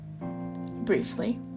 briefly